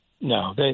No